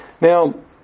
Now